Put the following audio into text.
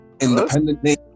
independently